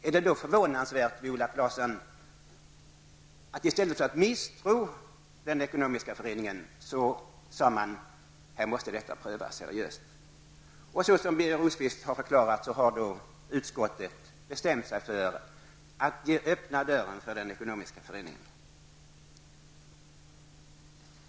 Är det då förvånansvärt, Viola Claesson, att man i stället för att misstro den ekonomiska föreningen sade att detta måste prövas seriöst? Såsom Birger Rosqvist har förklarat har då utskottet bestämt sig för att öppna dörren för den ekonomiska föreningen.